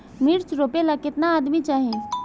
मिर्च रोपेला केतना आदमी चाही?